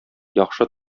яхшы